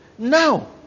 Now